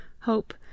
hope